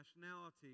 nationality